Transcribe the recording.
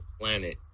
planet